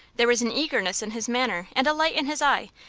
there was an eagerness in his manner, and a light in his eye,